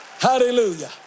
Hallelujah